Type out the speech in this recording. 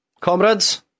Comrades